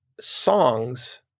songs